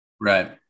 Right